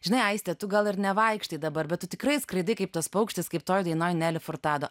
žinai aiste tu gal ir nevaikštai dabar bet tikrai skraidai kaip tas paukštis kaip toj dainoj neli furtado